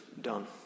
done